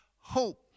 hope